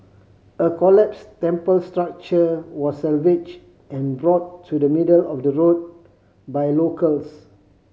a collapsed temple structure was salvaged and brought to the middle of the road by locals